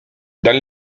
dans